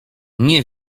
nie